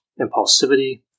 impulsivity